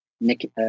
Nick